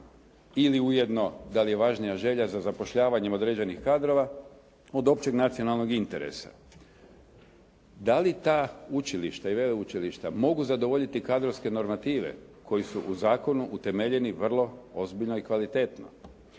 ili ujedno da li je važnija želja za zapošljavanjem određenih kadrova od općeg nacionalnog interesa. Da li ta učilišta i veleučilišta mogu zadovoljiti kadrovske normative koji su u zakonu utemeljeni vrlo ozbiljno i kvalitetno?